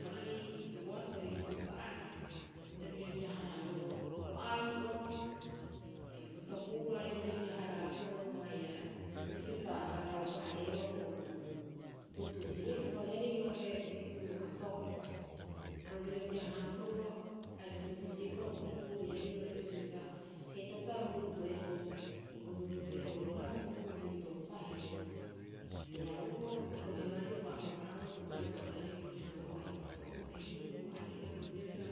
Baarii boatoi huku'upa agaa, pita birabira- haraboroo, bo ai'oo, ai bo toku'uro aarei birabira- haraaboro haia, bisio pita aga taupa- hareero bo okuu tuutuusie'upa oiraarei oo'ore sikuuru kato'oo. Aru birabira- haaboroo aira tuutuusie'upa bo okuu oiraarei oo'ore bisio pita, heetaapita o ruuruuto'e bo ruuruuto'e ouibohara bo okuu boitoopaire. Haia oru'oo roheoarei bo a'oohara'oa, bo taupa'ooarei oo'ore bisio pita bo ai'o bo kato'oo. Bo heribuu bo ai'ore, bo birabira